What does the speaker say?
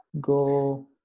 go